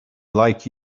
like